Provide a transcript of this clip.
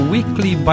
Weekly